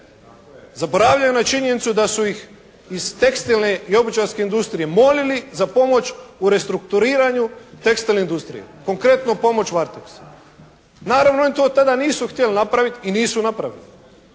Zaboravljaju na činjenicu da su ih iz tekstilne i obućarske industrije molili za pomoć u restrukturiranju tekstilne industrije. Konkretno pomoć "Varteksu". Naravno im to tada nisu htjeli napraviti i nisu napravili.